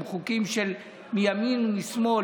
הם חוקים של ימין ושמאל,